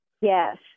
Yes